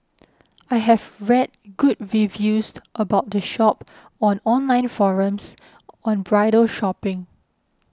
I have read good reviews about the shop on online forums on bridal shopping